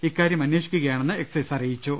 ഇക്കാര്യം അന്വേഷിക്കുകയാണെന്നു എക്സൈസ് അറിയിച്ചു